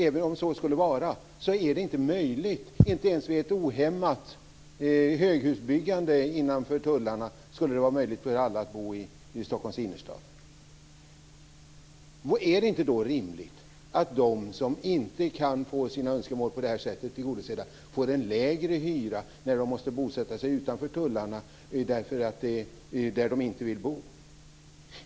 Även om så skulle vara är det inte möjligt, inte ens med ett ohämmat höghusbyggande innanför tullarna, för alla att bo i Är det då inte rimligt att de som inte kan få sina önskemål tillgodosedda på det här sättet får en lägre hyra när de måste bosätta sig utanför tullarna, där de inte vill bo?